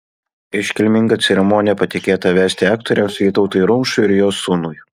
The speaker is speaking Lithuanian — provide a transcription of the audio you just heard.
iškilmingą ceremoniją patikėta vesti aktoriams vytautui rumšui ir jo sūnui